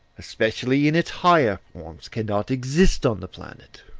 especially in its higher forms, cannot exist on the planet.